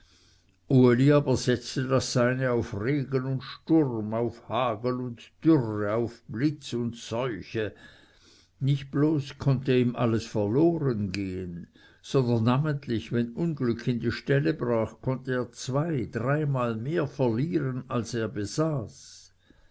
das seine auf regen und sturm auf hagel und dürre auf blitz und seuche nicht bloß konnte ihm alles verloren gehen sondern namentlich wenn unglück in die ställe brach konnte er zwei dreimal mehr verlieren als er besaß